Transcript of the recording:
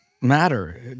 matter